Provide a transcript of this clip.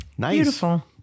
Beautiful